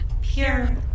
Pure